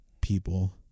people